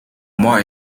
more